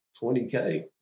20K